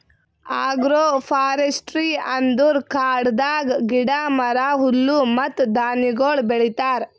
agro forestry ಅಂದುರ್ ಕಾಡದಾಗ್ ಗಿಡ, ಮರ, ಹುಲ್ಲು ಮತ್ತ ಧಾನ್ಯಗೊಳ್ ಬೆಳಿತಾರ್